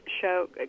show